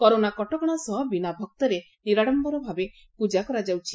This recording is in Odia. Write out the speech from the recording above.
କରୋନା କଟକଶା ସହ ବିନା ଭକ୍ତରେ ନିରାଡମ୍ସର ଭାବେ ପୂଜା କରାଯାଉଛି